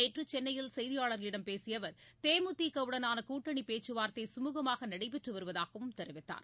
நேற்று சென்னையில் செய்தியாளர்களிடம் பேசிய அவர் தேமுதிகவுடனான கூட்டணி பேச்சுவார்த்தை சுமுகமாக நடைபெற்று வருவதாகவும் தெரிவித்தார்